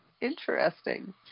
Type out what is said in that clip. Interesting